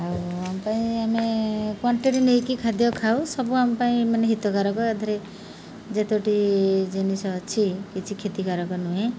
ଆଉ ଆମ ପାଇଁ ଆମେ କ୍ଵାଣ୍ଟିଟି ନେଇକି ଖାଦ୍ୟ ଖାଉ ସବୁ ଆମ ପାଇଁ ମାନେ ହିତକାରକ ଏଥିରେ ଯେତୋଟି ଜିନିଷ ଅଛି କିଛି କ୍ଷତିକାରକ ନୁହେଁ